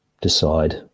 decide